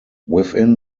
within